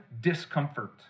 discomfort